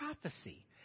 prophecy